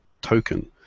token